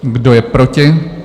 Kdo je proti?